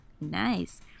Nice